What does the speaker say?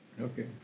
Okay